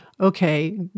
okay